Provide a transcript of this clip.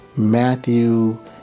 Matthew